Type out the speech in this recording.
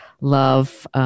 love